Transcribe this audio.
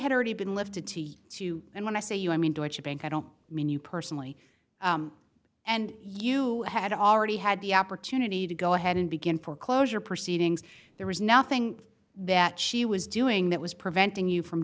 had already been lifted to two and when i say you i mean to which a bank i don't mean you personally and you had already had the opportunity to go ahead and begin foreclosure proceedings there was nothing that she was doing that was preventing you from